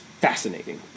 fascinating